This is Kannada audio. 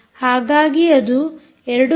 ಹಾಗಾಗಿ ಅದು 2